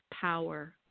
power